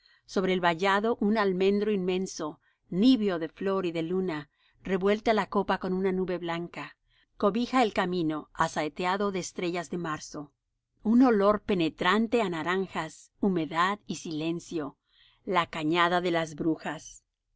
sobre el vallado un almendro inmenso níveo de flor y de luna revuelta la copa con una nube blanca cobija el camino asaeteado de estrellas de marzo un olor penetrante á naranjas humedad y silencio la cañada de las brujas